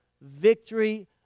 victory